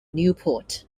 newport